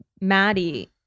Maddie